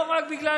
לא רק בגלל